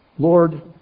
Lord